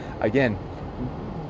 again